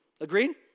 Agreed